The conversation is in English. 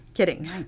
kidding